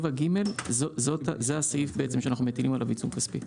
7(ג) זה הסעיף שאנחנו מטילים עליו עיצום כספי.